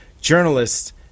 journalists